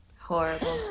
horrible